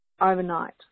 overnight